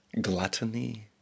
gluttony